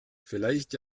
vielleicht